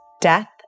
death